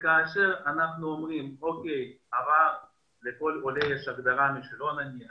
כאשר אנחנו אומרים שלכל עולה יש הגדרה משלו, נניח